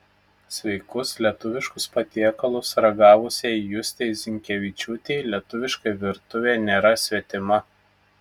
sveikus lietuviškus patiekalus ragavusiai justei zinkevičiūtei lietuviška virtuvė nėra svetima